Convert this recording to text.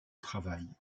travail